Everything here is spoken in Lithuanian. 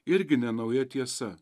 irgi nenauja tiesa